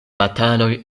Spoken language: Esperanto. bataloj